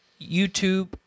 YouTube